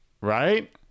right